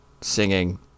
singing